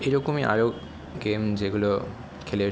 এরকমই আরও গেম যেগুলো খেলে